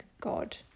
God